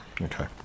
Okay